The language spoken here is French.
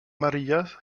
maría